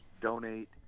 donate